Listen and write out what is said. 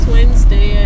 Wednesday